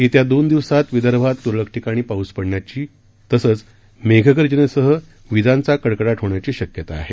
येत्या दोन दिवसात विदर्भात त्रळक ठिकाणी पाऊस पडण्याची तसंच मेघगर्जनेसह विजांचा कडकडाट होण्याची शक्यता आहे